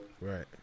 Right